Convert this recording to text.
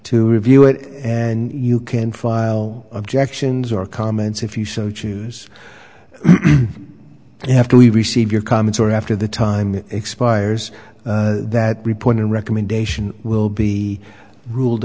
to review it and you can file objections or comments if you so choose and after we receive your comments or after the time expires that report and recommendation will be ruled